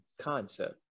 concept